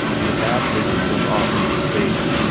and the bad vision went off into space.